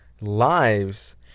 lives